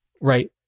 Right